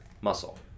muscle